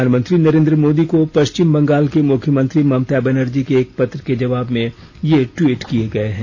प्रधानमंत्री नरेन्द्र मोदी को पश्चिम बंगाल की मुख्यमंत्री ममता बनर्जी के एक पत्र के जवाब में ये टवीट किए हैं